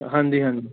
ਹਾਂਜੀ ਹਾਂਜੀ